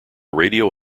radio